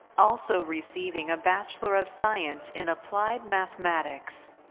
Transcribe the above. also receiving a bachelor of science in applied mathematics.